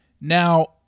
Now